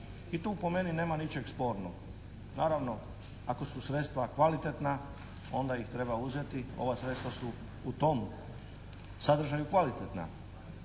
I tu po meni nema ničeg spornog. Naravno, ako su sredstva kvalitetna, onda ih treba uzeti. Ova sredstva su u tom sadržaju kvalitetna.